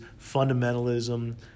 fundamentalism